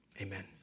amen